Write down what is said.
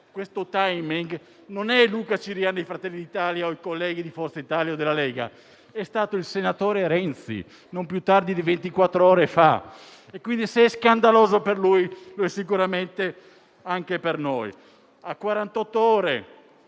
questo *timing* non sono Luca Ciriani di Fratelli d'Italia o i colleghi di Forza Italia o della Lega, ma è stato il senatore Renzi non più tardi di ventiquattr'ore ore fa. Se è scandaloso per lui, lo è sicuramente anche per noi.